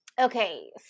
okay